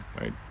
right